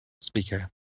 speaker